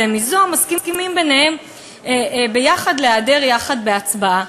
מסכימים ביניהם ביחד להיעדר יחד מהצבעה.